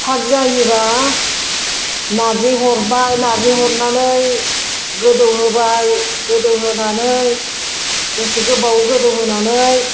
फाग जायोब्ला नारजि हरबाय नारजि हरनानै गोदौ होबाय गोदौ होनानै दसे गोबाव गोदौ होनानै